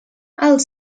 els